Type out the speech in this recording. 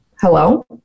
hello